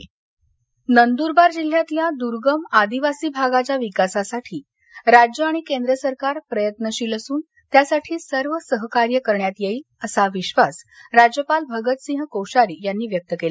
राज्यपाल दौरा नंदरवार नंदुरबार जिल्ह्यातल्या दुर्गम आदिवासी भागाच्या विकासासाठी राज्य आणि केंद्र सरकार प्रयत्नशील असून त्यासाठी सर्व सहकार्य करण्यात येईल असा विश्वास राज्यपाल भगत सिंह कोश्यारी यांनी व्यक्त केला